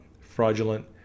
fraudulent